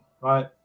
right